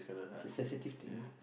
it's a sensitive thing